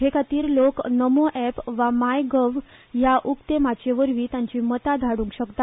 हेखातीर लोक नमो अॅप वा माय गव्ह ह्या उक्ते माचयेवरवीं तांचीं मतां धाडूंक शकतात